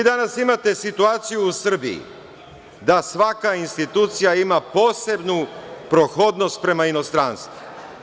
Danas vi imate situaciju u Srbiji da svaka institucija ima posebnu prohodnost prema inostranstvu.